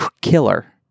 killer